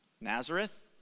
Nazareth